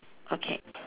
okay